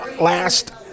last